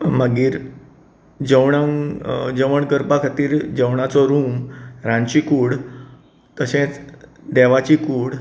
पूण मागीर जेवणाक जेवण करपा खातीर जेवणाचो रूम रांदची कूड तशेंच देवाची कूड